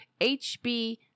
HB